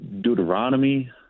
Deuteronomy